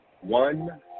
one